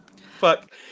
Fuck